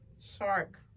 Shark